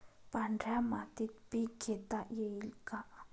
पांढऱ्या मातीत पीक घेता येईल का?